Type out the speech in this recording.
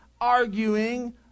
arguing